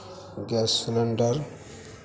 gas cylinder